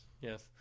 Yes